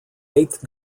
eighth